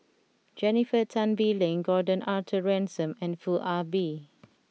Jennifer Tan Bee Leng Gordon Arthur Ransome and Foo Ah Bee